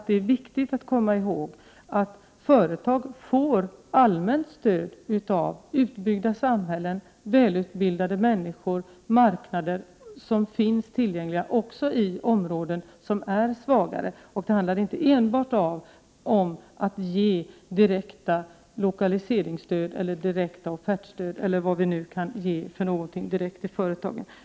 Det är viktigt att komma ihåg att företagen får allmänt stöd av utbyggda samhällen, välutbildade människor, marknader som finns tillgängliga också i områden som är svagare. Det handlar inte bara om att ge direkt lokaliseringsstöd eller offertstöd eller vad det kan vara för direkt stöd.